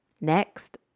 Next